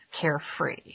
carefree